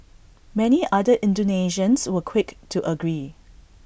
many other Indonesians were quick to agree